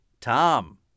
Tom